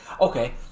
Okay